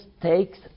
takes